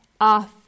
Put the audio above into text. Off